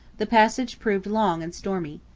the passage proved long and stormy.